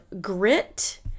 grit